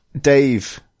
Dave